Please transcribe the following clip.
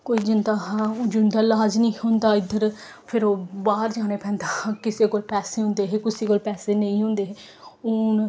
कोई जंदा हा हून जिं'दा इलाज नेईं होंदा इद्धर फिर ओह् बाह्र जाना पैंदा हा किसै कोल पैसे होंदे हे किसै कोल नेईं होंदे हे हून